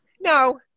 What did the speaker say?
no